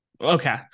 Okay